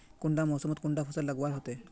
कुंडा मोसमोत कुंडा फसल लगवार होते?